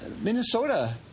Minnesota